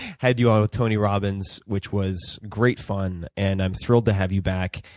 had you on with tony robbins, which was great fun, and i'm thrilled to have you back.